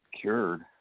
cured